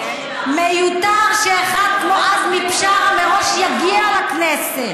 מיותר שאחד כמו עזמי בשארה מראש יגיע לכנסת.